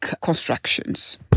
constructions